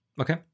Okay